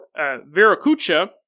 Viracocha